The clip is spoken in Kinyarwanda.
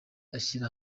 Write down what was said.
ashyira